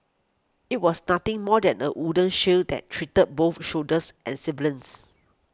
it was nothing more than a wooden shed that treated both soldiers and civilians